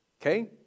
Okay